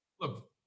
look